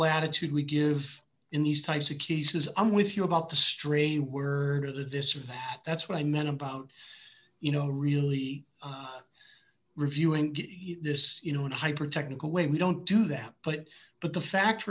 latitude we give in these types of keys i'm with you about the street a word of this or that that's what i meant about you know really reviewing this you know in hypertechnical way we don't do that but but the fact